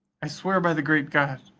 i swear by the great god,